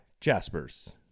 Jaspers